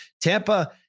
Tampa